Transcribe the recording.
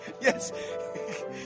Yes